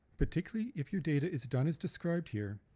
particularly if your data is done as described here,